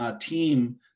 team